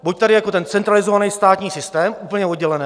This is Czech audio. Buď tady je jako centralizovaný státní systém úplně oddělený.